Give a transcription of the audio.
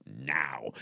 now